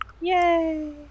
Yay